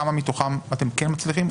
כמה מתוכם אתם כן מצליחים?